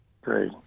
Great